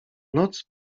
noc